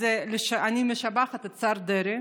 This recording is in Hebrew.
אז אני משבחת את השר דרעי.